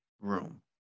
room